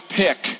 pick